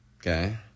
Okay